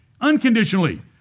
unconditionally